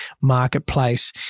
marketplace